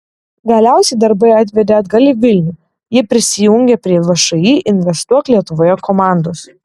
galiausiai darbai atvedė atgal į vilnių ji prisijungė prie všį investuok lietuvoje komandos